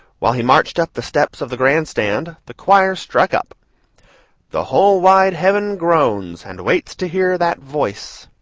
while he marched up the steps of the grand stand, the choir struck up the whole wide heaven groans, and waits to hear that voice.